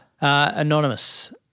Anonymous